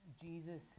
Jesus